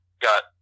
got